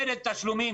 מרד תשלומים.